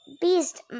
Beast